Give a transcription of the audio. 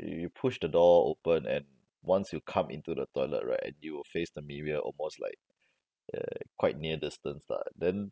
you you push the door open and once you come into the toilet right you will face the mirror almost like err quite near distance lah then